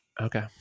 Okay